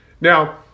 Now